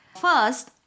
First